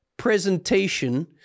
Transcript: presentation